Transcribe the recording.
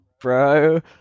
bro